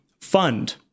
fund